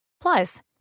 Plus